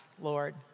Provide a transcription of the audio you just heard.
Lord